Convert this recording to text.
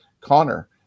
Connor